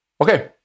Okay